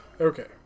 Okay